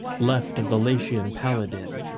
left of the latian paladin,